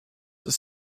ist